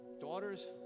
daughters